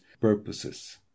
purposes